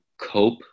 cope